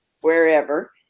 wherever